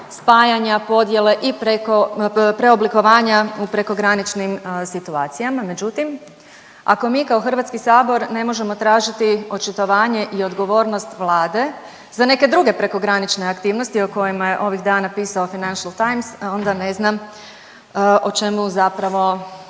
spajanja, podjele i preko, preoblikovanja u prekograničnim situacijama, međutim, ako mi kao HS ne možemo tražiti očitovanje i odgovornost Vlade za neke druge prekogranične aktivnosti o kojima je ovih dana pisao Financial Times, onda ne znam o čemu zapravo